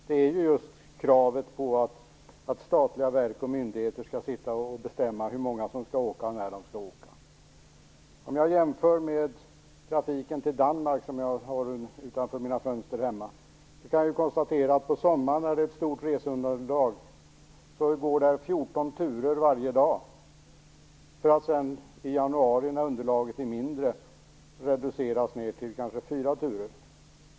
Det är just kravet på att statliga verk och myndigheter skall bestämma hur många som skall åka och när de skall åka. Om jag jämför med trafiken till Danmark som jag ser utanför fönstren hemma kan jag konstatera att på sommaren, när reseunderlaget är stort, går det 14 turer varje dag. I januari när underlaget är mindre reduceras antalet till kanske 4 turer.